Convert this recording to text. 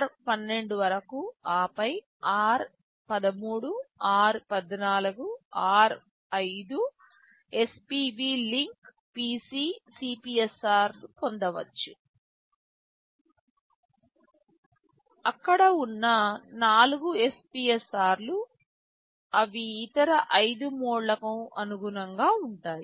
r12 వరకు ఆపై r13 r14 r5 spv link PC CPSR పొందవచ్చు అక్కడ ఉన్న 4 SPSR లు అవి ఇతర 5 మోడ్లకు అనుగుణంగా ఉంటాయి